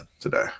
today